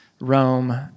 Rome